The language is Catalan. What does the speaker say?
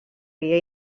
guia